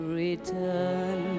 return